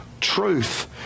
truth